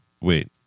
Wait